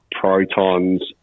protons